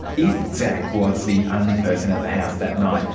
if szach was the only person at the house that night,